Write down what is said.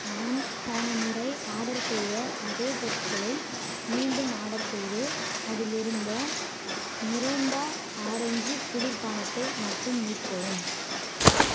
நான் போன முறை ஆர்டர் செய்த அதே பொருட்களை மீண்டும் ஆர்டர் செய்து அதிலிருந்த மிரிண்டா ஆரேஞ்சு குளிர்பானத்தை மட்டும் நீக்கவும்